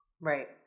Right